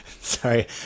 Sorry